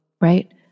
right